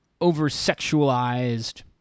over-sexualized